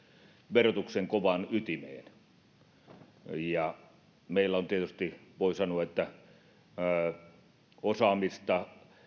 verotuksen kovaan ytimeen meillä on tietysti voi sanoa osaamista